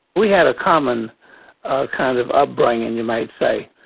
we had a common kind of upbringing you might say.